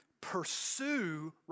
pursue